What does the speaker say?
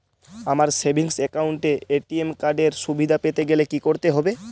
আমার savings account এ ATM card এর সুবিধা পেতে গেলে কি করতে হবে?